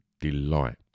delight